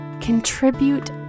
Contribute